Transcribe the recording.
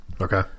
Okay